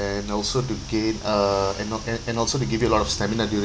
and also to gain uh and al~ and and also to give you a lot of stamina during